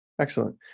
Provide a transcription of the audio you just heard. excellent